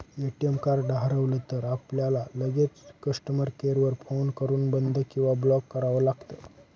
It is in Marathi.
ए.टी.एम कार्ड हरवलं तर, आपल्याला लगेचच कस्टमर केअर वर फोन करून बंद किंवा ब्लॉक करावं लागतं